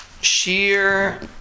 Sheer